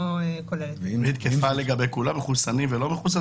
זה חל לגבי כולם, מחוסנים ולא מחוסנים?